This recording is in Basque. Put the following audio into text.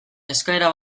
eskaera